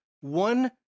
one